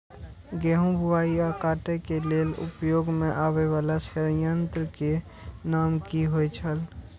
गेहूं बुआई आ काटय केय लेल उपयोग में आबेय वाला संयंत्र के नाम की होय छल?